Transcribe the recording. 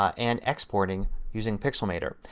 um and exporting using pixelmator.